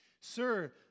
Sir